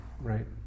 right